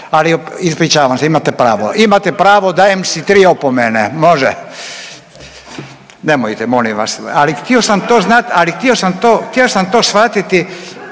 Ali ispričavam se imate pravo, imate pravo dajem si tri opomene, može. Nemojte molim vas, ali htio sam to znat,